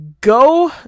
go